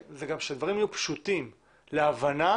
אלא הדברים צריכים להיות פשוטים להבנה